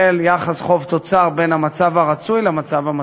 יחס חוב תוצר בין המצב הרצוי למצב המצוי.